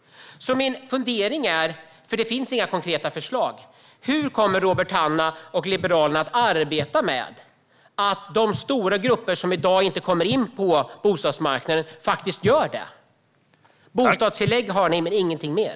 Det finns inga konkreta förslag, så min fundering är hur Robert Hannah och Liberalerna kommer att arbeta med att de stora grupper som i dag inte kommer in på bostadsmarknaden faktiskt ska göra det. Bostadstillägg har man men ingenting mer.